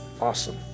awesome